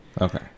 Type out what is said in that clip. okay